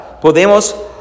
podemos